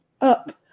up